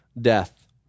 death